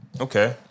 Okay